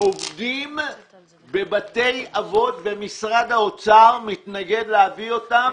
עובדים בבתי אבות ומשרד האוצר מתנגד להביא אותם